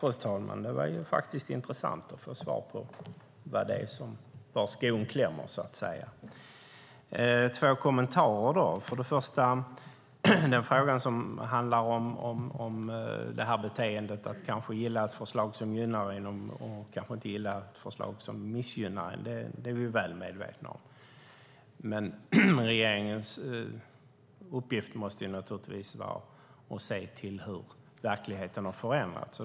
Fru talman! Det var intressant att få svar på var skon klämmer. Den fråga som handlar om beteendet att kanske gilla ett förslag som gynnar en och inte gilla ett förslag som missgynnar en är vi väl medvetna om. Regeringens uppgift måste vara att se till hur verkligheten har förändrats.